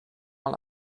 mal